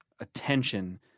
attention